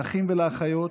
לאחים ולאחיות.